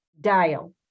dial